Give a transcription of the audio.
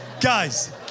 Guys